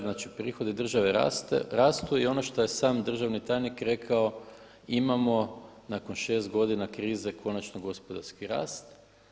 Znači, prihodi države rastu i ono što je sam državni tajnik rekao imamo nakon 6 godina krize konačno gospodarski rast.